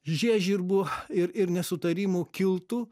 žiežirbų ir ir nesutarimų kiltų